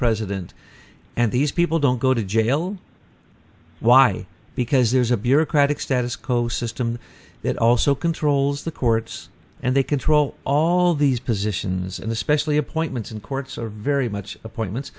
president and these people don't go to jail why because there's a bureaucratic status quo system that also controls the courts and they control all these positions and especially appointments and courts are very much appointments